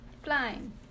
flying